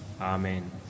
Amen